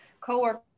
coworker